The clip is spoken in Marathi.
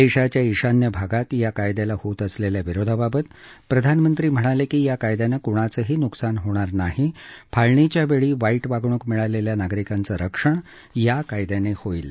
देशाच्या ईशान्य भागात या कायद्याला होत असलेल्या विरोधाबाबत प्रधानमंत्री म्हणाले की या कायद्याने कुणाचंही नुकसान होणार नसून फाळणीच्या वेळी वाईट वागणूक मिळालेल्या नागरिकांचं रक्षण या कायद्याने होईल